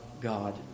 God